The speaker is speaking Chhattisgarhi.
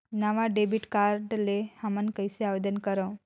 नवा डेबिट कार्ड ले हमन कइसे आवेदन करंव?